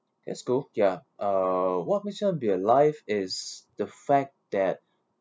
at school ya uh what makes you wanna be alive is the fact that